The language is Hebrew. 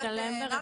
בבקשה.